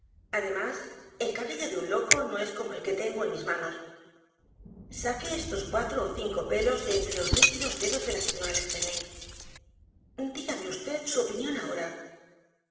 además el cabello de un loco no es como el que tengo en mis manos saque estos cuatro ó cinco pelos de éntrelos rígidos dedos de la sra l'espanaye dígame vd su opinión ahora